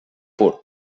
pur